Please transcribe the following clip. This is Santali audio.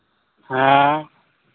ᱦᱮᱸ